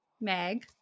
Meg